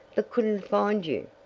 but couldn't find you.